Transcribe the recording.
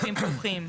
פתוחים,